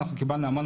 אנחנו קיבלנו המון,